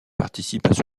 participent